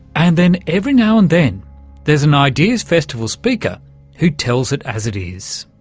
and then every now and then there's an ideas festival speaker who tells it as it is.